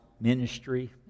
ministry